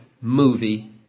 movie